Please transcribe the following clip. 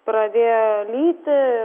pradėjo lyti